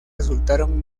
resultaron